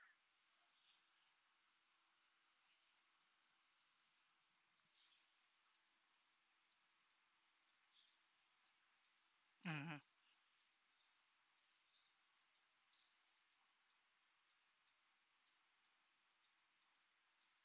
mmhmm